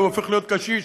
הוא הופך להיות קשיש,